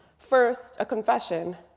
first a confession,